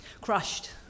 crushed